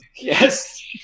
Yes